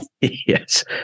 Yes